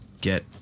get